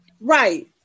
right